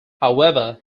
however